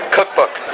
Cookbook